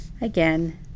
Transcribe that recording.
Again